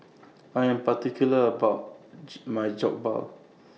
I Am particular about My Jokbal